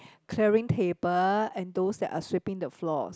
clearing table and those that are sweeping the floors